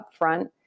upfront